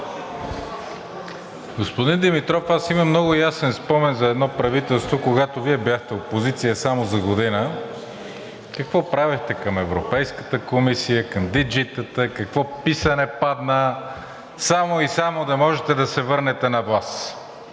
Господин Димитров, аз имам много ясен спомен за едно правителство, когато Вие бяхте опозиция само за година, какво правехте към Европейската комисия, какво писане падна само и само да може да се върнете на власт.